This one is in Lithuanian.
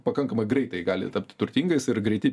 pakankamai greitai gali tapti turtingais ir greiti